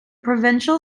provincial